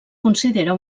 considera